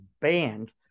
banned